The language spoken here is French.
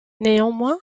néanmoins